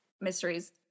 mysteries